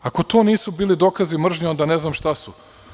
Ako to nisu bili dokazi mržnje onda ne znam šta su?